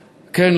כן,